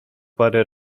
parę